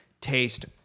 taste